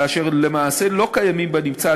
כאשר למעשה לא קיימים בנמצא,